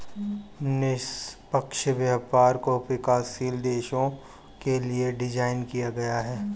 निष्पक्ष व्यापार को विकासशील देशों के लिये डिजाइन किया गया है